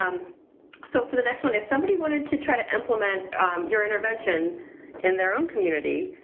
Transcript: um so, for the next one, if somebody wanted to try to implement your intervention in their own community,